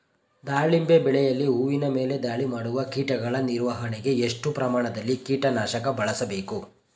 ದಾಳಿಂಬೆ ಬೆಳೆಯಲ್ಲಿ ಹೂವಿನ ಮೇಲೆ ದಾಳಿ ಮಾಡುವ ಕೀಟಗಳ ನಿರ್ವಹಣೆಗೆ, ಎಷ್ಟು ಪ್ರಮಾಣದಲ್ಲಿ ಕೀಟ ನಾಶಕ ಬಳಸಬೇಕು?